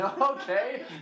Okay